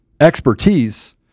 expertise